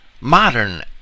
modern